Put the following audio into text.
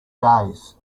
days